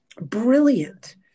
brilliant